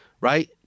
right